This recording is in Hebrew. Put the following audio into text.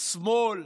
שמאל,